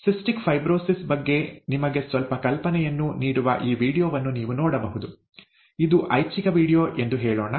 cystic fibrosis ಬಗ್ಗೆ ನಿಮಗೆ ಸ್ವಲ್ಪ ಕಲ್ಪನೆಯನ್ನು ನೀಡುವ ಈ ವೀಡಿಯೊವನ್ನು ನೀವು ನೋಡಬಹುದು ಇದು ಐಚ್ಛಿಕ ವೀಡಿಯೊ ಎಂದು ಹೇಳೋಣ